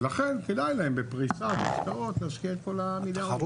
לכן כדאי להם בפריסת השקעות להשקיע את כל המיליארדים.